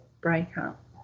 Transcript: breakup